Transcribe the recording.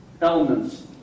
elements